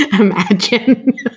Imagine